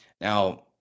Now